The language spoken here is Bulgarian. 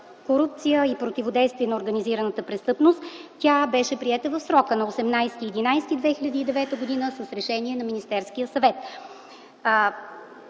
корупцията и противодействието на организираната престъпност, тя беше приета в срок – на 18 ноември 2009 г. с решение на Министерския съвет.